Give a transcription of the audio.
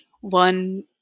one